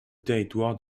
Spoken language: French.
territoire